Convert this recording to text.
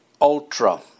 Ultra